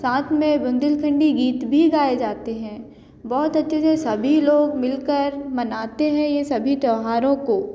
साथ में बुंदेलखंडी गीत भी गाए जाते हैं बहुत अच्छे से सभी लोग मिलकर मनाते हैं यह सभी त्योहारों को